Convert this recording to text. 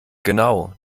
genau